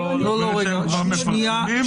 למרות שהם כבר מפרסמים,